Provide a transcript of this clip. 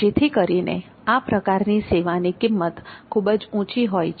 જેથી કરીને આ પ્રકારની સેવાની કિંમત ખૂબ જ ઊંચી હોય છે